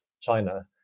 China